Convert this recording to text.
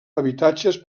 habitatges